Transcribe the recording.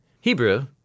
Hebrew